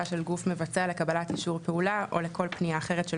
של גוף מבצע לקבלת אישור פעולה או לכל פנייה אחרת של